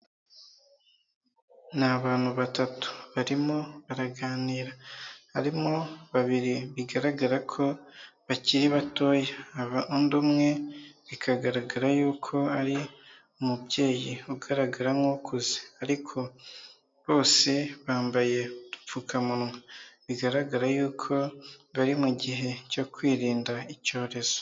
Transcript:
Ni abantu batatu barimo baraganira, harimo babiri bigaragara ko bakiri batoya, n'undi umwe bikagaragara yuko ari umubyeyi ugaragara nk'ukuze, ariko bose bambaye udupfukamunwa bigaragara yuko bari mu gihe cyo kwirinda icyorezo.